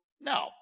No